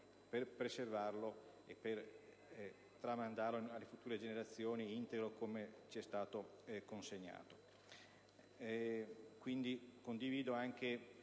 per preservarlo e per tramandarlo alle future generazioni, integro come ci è stato consegnato.